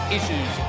Issues